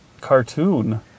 cartoon